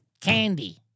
candy